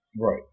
Right